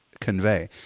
convey